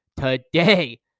today